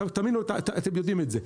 תאמינו, אתם יודעים את זה.